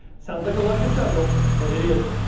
sounds like a lot to juggle, but it isn't.